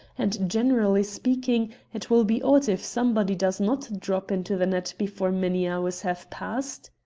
and, generally speaking, it will be odd if somebody does not drop into the net before many hours have passed.